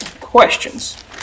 questions